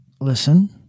listen